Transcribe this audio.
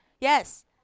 Yes